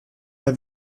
der